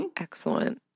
Excellent